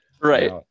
right